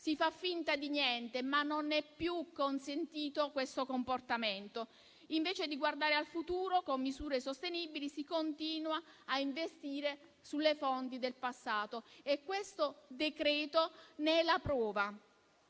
Si fa finta di niente, ma non è più consentito questo comportamento. Invece di guardare al futuro con misure sostenibili, si continua a investire sulle fonti del passato e questo decreto ne è la prova: